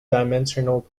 dimensional